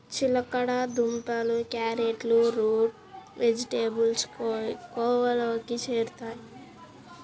చిలకడ దుంపలు, క్యారెట్లు రూట్ వెజిటేబుల్స్ కోవలోకి చేరుతాయి